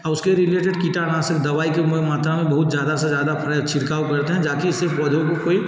उसके रिलेटेड किटानाशक दवाई के मात्रा में बहुत ज़्यादा से ज़्यादा फिर छिड़काव करते हैं जाकि इससे पौधों को कोई